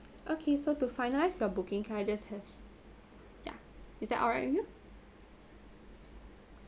okay so to finalise your booking can I just have ya is that alright with you